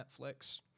Netflix